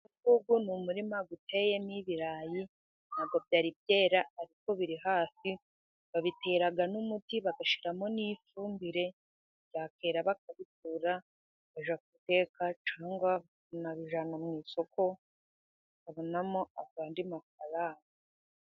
Uyu nguyu ni umurima uteyemo ibirayi. Nta bwo byari byera, ariko biri hafi. Babitera n'umuti bagashyiramo n'ifumbire, byakwera bakabikura bakajya guteka cyangwa bakanabijyana mu isoko bakabonamo andi mafaranga.